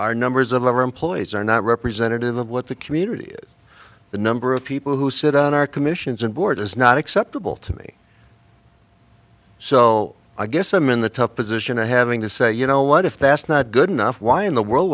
our numbers of our employees are not representative of what the community the number of people who sit on our commissions and board is not acceptable to me so i guess i'm in the tough position of having to say you know what if that's not good enough why in the world